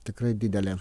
tikrai didelę